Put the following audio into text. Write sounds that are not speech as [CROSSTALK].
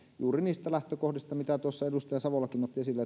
juuri niistä lähtökohdista joita tuossa edustaja savolakin otti esille [UNINTELLIGIBLE]